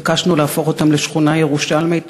התעקשנו להפוך אותם לשכונה ירושלמית.